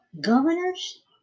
governors